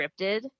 scripted